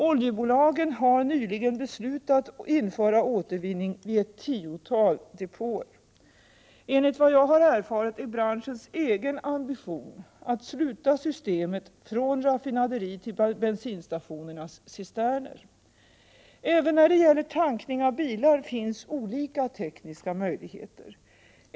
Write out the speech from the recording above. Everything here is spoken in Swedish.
Oljebolagen har nyligen beslutat införa återvinning vid ett tiotal depåer. Enligt vad jag erfarit är branschens egen ambition att sluta systemet från raffinaderi till bensinstationernas cisterner. Även när det gäller tankning av bilar finns olika tekniska möjligheter.